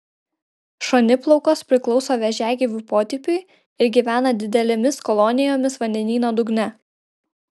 šoniplaukos priklauso vėžiagyvių potipiui ir gyvena didelėmis kolonijomis vandenyno dugne